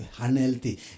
unhealthy